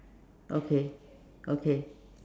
okay okay